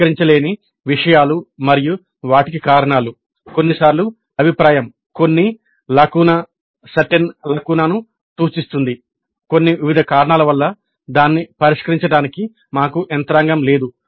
పరిష్కరించలేని విషయాలు మరియు వాటికి కారణాలు కొన్ని సార్లు అభిప్రాయం కొన్ని లాకునా ను సూచిస్తుంది కాని వివిధ కారణాల వల్ల దాన్ని పరిష్కరించడానికి మాకు యంత్రాంగం లేదు